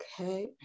Okay